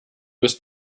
bis